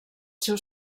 seu